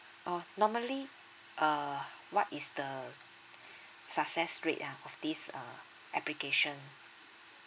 oh normally uh what is the success rate ah of this uh application